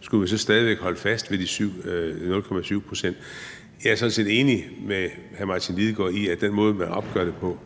skulle vi så stadig væk holde fast ved de 0,7 pct.? Jeg er sådan set enig med hr. Martin Lidegaard i, at den måde, man opgør det på,